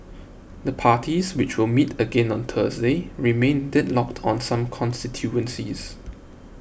the parties which will meet again on Thursday remain deadlocked on some constituencies